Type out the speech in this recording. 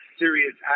serious